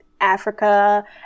Africa